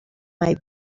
might